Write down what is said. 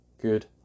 good